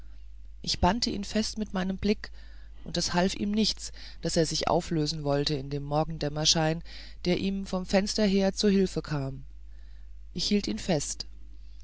ich bannte ihn fest mit meinem blick und es half ihm nichts daß er sich auflösen wollte in dem morgendämmerschein der ihm vom fenster her zu hilfe kam ich hielt ihn fest